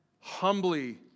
humbly